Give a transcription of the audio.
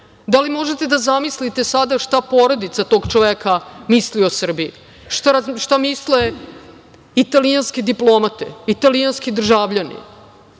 Da li možete da zamislite sada šta porodica tog čoveka misli o Srbiji, šta misle italijanske diplomate, italijanski državljani,